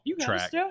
track